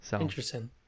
Interesting